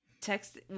text